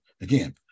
Again